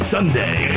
Sunday